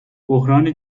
بحران